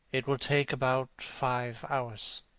it will take about five hours,